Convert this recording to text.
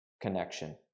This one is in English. connection